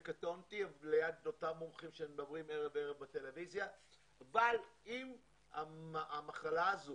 וקטונתי ליד אותם מומחים שמדברים ערב ערב בטלוויזיה אבל אם המחלה הזאת